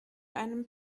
einem